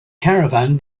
caravan